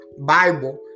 Bible